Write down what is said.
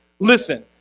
Listen